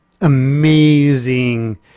amazing